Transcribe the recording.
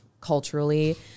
culturally